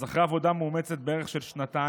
אז אחרי עבודה מאומצת בערך של שנתיים,